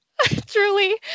Truly